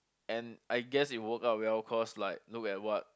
and I guess it worked out well cause like look at what